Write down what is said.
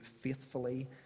faithfully